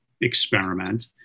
experiment